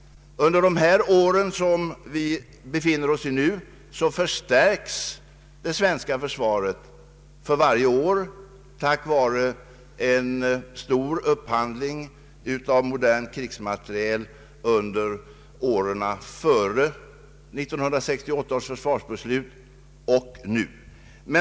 Under den period som vi befinner oss i förstärks det svenska försvaret för varje år tack vare stor upphandling av modern krigsmateriel under åren före och efter 1968 års försvarsbesiut.